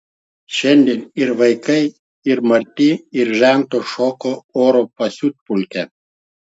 šiandien ir vaikai ir marti ir žentas šoka oro pasiutpolkę